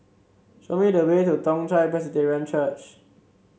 show me the way to Toong Chai Presbyterian Church